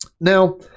Now